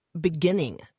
beginning